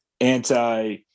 anti